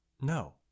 No